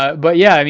but yeah, i mean